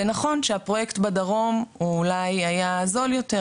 ונכון שהפרויקט בדרום אולי היה זול יותר,